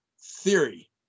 theory